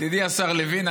ידידי השר לוין.